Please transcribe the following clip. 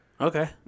Okay